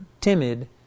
timid